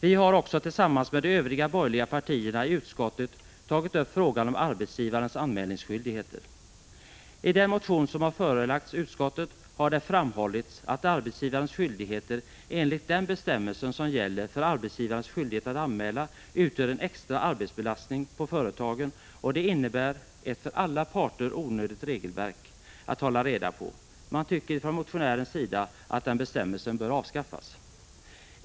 Vi har också tillsammans med de övriga borgerliga partierna i utskottet tagit upp frågan om arbetsgivarens anmälningsskyldigheter. I den motion som har förelagts utskottet har det framhållits att arbetsgivarens skyldigheter enligt den bestämmelse som gäller utgör en extra arbetsbelastning på företagen, och det innebär ett för alla parter onödigt regelverk. Motionären tycker att den bestämmelsen bör avskaffas.